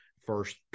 first